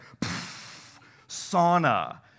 sauna